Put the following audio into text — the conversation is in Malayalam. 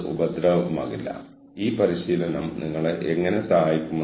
ഉദാഹരണത്തിന് പരസ്പര കൈമാറ്റ ബന്ധങ്ങളെ സഹായിക്കുന്നതിന്